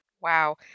Wow